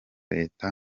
leta